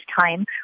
time